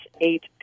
eight